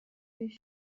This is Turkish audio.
beş